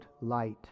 light